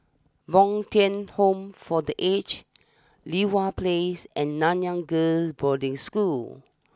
Bo Tien Home for the Aged Li Hwan place and Nanyang Girls' Boarding School